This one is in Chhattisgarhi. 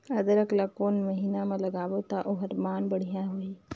अदरक ला कोन महीना मा लगाबो ता ओहार मान बेडिया होही?